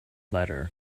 letter